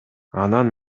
анан